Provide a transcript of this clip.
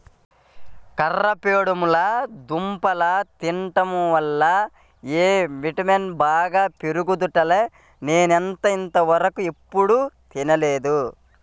కర్రపెండలం దుంప తింటం వల్ల ఎ విటమిన్ బాగా పెరుగుద్దంట, నేనైతే ఇంతవరకెప్పుడు తినలేదు